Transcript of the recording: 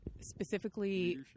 Specifically